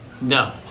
No